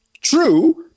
True